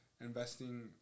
investing